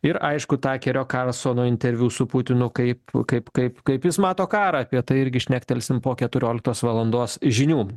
ir aišku takerio karlsono interviu su putinu kaip kaip kaip kaip jis mato karą apie tai irgi šnektelsime po keturioliktos valandos žinių